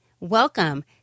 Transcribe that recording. Welcome